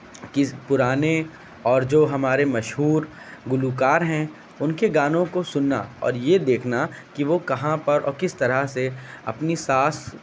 کس پرانے اور جو ہمارے مشہور گلوکار ہیں ان کے گانوں کو سننا اور یہ دیکھنا کہ وہ کہاں پر اور کس طرح سے اپنی سانس